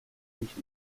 nicht